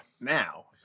now